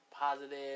Positive